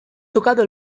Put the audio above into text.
tocado